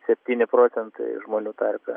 septyni procentai žmonių tarpe